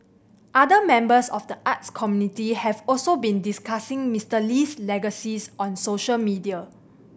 other members of the arts community have also been discussing Mister Lee's legacy on social media